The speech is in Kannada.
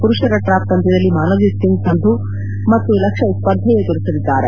ಪುರುಷರ ಟ್ರಾಪ್ ಪಂದ್ಯದಲ್ಲಿ ಮಾನವ್ಜಿತ್ ಸಿಂಗ್ ಸಂಧು ಮತ್ತು ಲಕ್ಷಯ್ ಸ್ವರ್ಧೆ ಎದುರಿಸಲಿದ್ದಾರೆ